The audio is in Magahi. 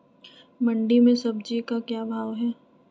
मंडी में सब्जी का क्या भाव हैँ?